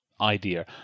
idea